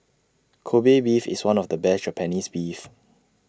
Kobe Beef is one of the best Japanese Beef